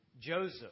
Joseph